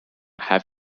have